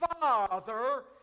father